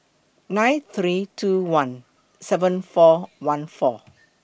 nine three two one seven four one four